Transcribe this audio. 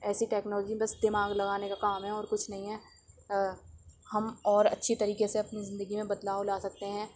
ایسی ٹیکنالوجی بس دماغ لگانے کا کام ہے اور کچھ نہیں ہے ہم اور اچھی طریقے سے اپنی زندگی میں بدلاؤ لا سکتے ہیں